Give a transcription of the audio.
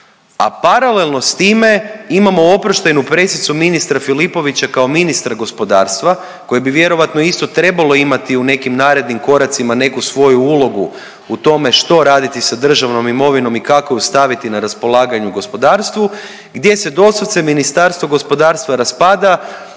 a paralelno s time imamo oproštajnu pressicu ministra Filipovića kao ministra gospodarstva koje bi vjerojatno isto trebalo imati u nekim narednim koracima neku svoju ulogu u tome što raditi sa državnom imovinom i kako ju staviti na raspolaganju gospodarstvu, gdje se doslovce Ministarstvo gospodarstva raspada,